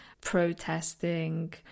protesting